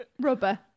Rubber